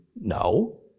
no